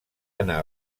anar